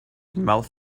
mouth